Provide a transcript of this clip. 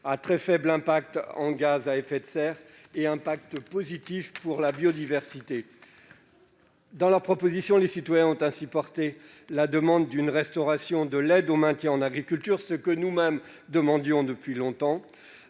à très faible impact en gaz à effet de serre et à impact positif pour la biodiversité. Dans leur proposition, les citoyens ont ainsi demandé la restauration de l'aide au maintien en agriculture biologique, ce que nous-mêmes réclamons depuis longtemps.